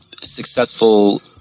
successful